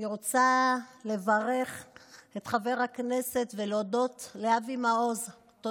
אני רוצה לברך את חבר הכנסת אבי מעוז, ולהודות לו.